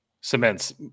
cements